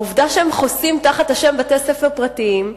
העובדה שהם חוסים תחת השם "בתי-ספר פרטיים"